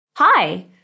Hi